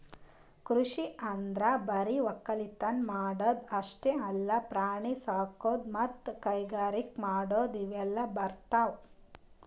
ಕೃಷಿ ಅಂದ್ರ ಬರಿ ವಕ್ಕಲತನ್ ಮಾಡದ್ ಅಷ್ಟೇ ಅಲ್ಲ ಪ್ರಾಣಿ ಸಾಕೊಳದು ಮತ್ತ್ ಕೈಗಾರಿಕ್ ಮಾಡದು ಇವೆಲ್ಲ ಬರ್ತವ್